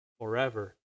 forever